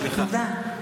תודה.